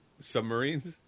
submarines